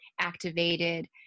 activated